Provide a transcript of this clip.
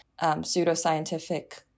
pseudoscientific